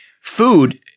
food